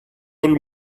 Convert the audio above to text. all